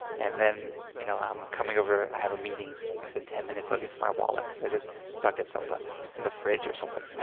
and then you know i'm coming over i have a meeting and i spend ten minutes looking for my wallet because i just stuck it someplace. it's in the fridge or something, and